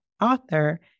author